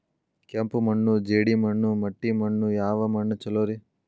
ಕೆಂಪು ಮಣ್ಣು, ಜೇಡಿ ಮಣ್ಣು, ಮಟ್ಟಿ ಮಣ್ಣ ಯಾವ ಮಣ್ಣ ಛಲೋ?